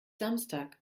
samstag